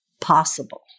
possible